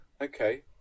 Okay